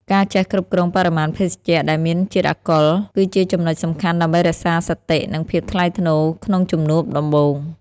ការចេះគ្រប់គ្រងបរិមាណភេសជ្ជៈដែលមានជាតិអាល់កុល គឺជាចំណុចសំខាន់ដើម្បីរក្សាសតិ និងភាពថ្លៃថ្នូរក្នុងជំនួបដំបូង។